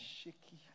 shaky